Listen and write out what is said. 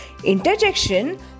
Interjection